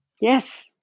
Yes